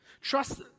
Trust